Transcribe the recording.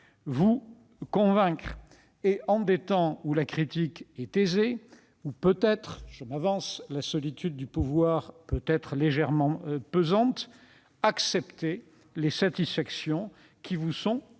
vous convaincre. En des temps où la critique est aisée, où la solitude du pouvoir peut être légèrement pesante, acceptez les satisfactions qui vous sont proposées.